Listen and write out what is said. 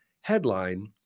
headline